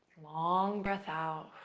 long breath out.